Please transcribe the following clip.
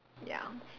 ya